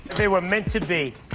they were meant to be.